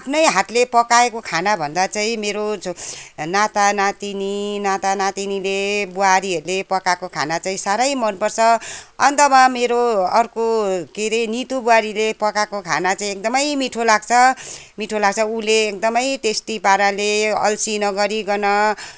आफ्नै हातले पकाएको खानाभन्दा चाहिँ मेरो छो नाता नातिनी नाता नातिनीले बुहारीहरूले पकाएको खाना चाहिँ साह्रै मनपर्छ अन्तमा मेरो अर्को के रे नितु बुहारीले पकाएको खाना चाहिँ एकदमै मिठो लाग्छ मिठो लाग्छ उसले एकदमै टेस्टी पाराले अल्छी नगरिकन